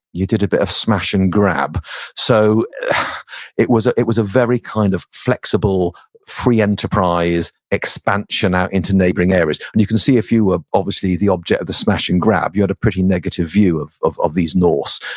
you did a bit of smash and grab so it was ah it was a very kind of flexible free-enterprise expansion out into neighboring areas. and you can see if you were obviously, the object of the smash and grab, you had a pretty negative view of of these norse.